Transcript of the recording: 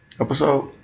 episode